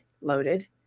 Loaded